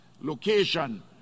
location